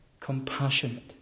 compassionate